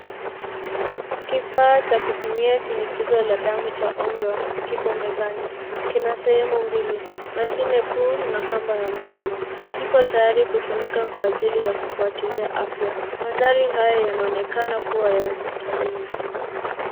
Kifaa cha kupimia shinikizo la damu cha Omron, kipo mezani. Kina sehemu mbili, mashine kuu na kamba ya mkono. kipo tayari kutumika kwa ajili ya kufuatilia afya. Mandhari haya yanaonekana kuwa ya hospitalini.